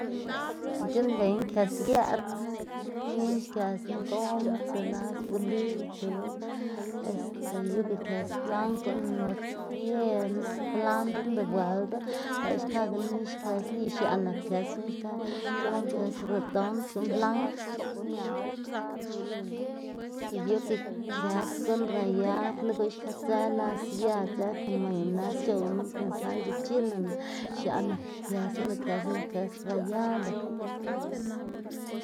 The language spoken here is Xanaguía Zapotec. c̲h̲uꞌnnbeyná kës yëꞌts, nix kësnu gowma tsu las boliy tsu este yuka kës blank guꞌn nots piena, kwlandrna rebueldu lëꞌkga xkakga nix kësnu y x̱aꞌ nak kës guꞌn xka c̲h̲owma kës redond guꞌn blank y yuka kës guꞌn raynu guꞌn xka dzë las sia dzë kon mayones c̲h̲owgama kon sal de chilena x̱aꞌ nakga kësnu lëꞌ kësnu nak kës rayado.